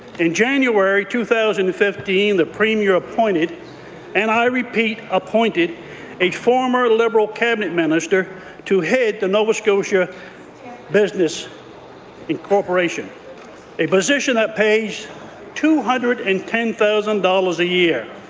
in january two thousand and fifteen the premier appointed and i repeat appointed a former liberal cabinet minister to head the nova scotia business inc, a position that pays two hundred and ten thousand dollars a year.